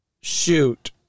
Shoot